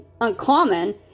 uncommon